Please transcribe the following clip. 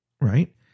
right